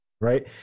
right